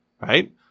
Right